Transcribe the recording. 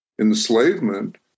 enslavement